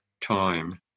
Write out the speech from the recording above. time